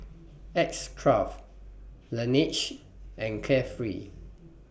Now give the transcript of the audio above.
X Craft Laneige and Carefree